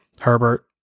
Herbert